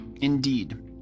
Indeed